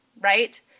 right